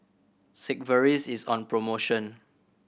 Sigvaris is on promotion